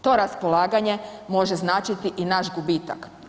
To raspolaganje može značiti i naš gubitak.